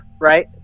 Right